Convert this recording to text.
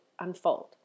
unfold